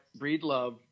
Breedlove